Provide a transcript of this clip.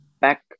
back